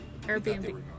Airbnb